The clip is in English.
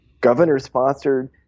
governor-sponsored